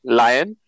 lion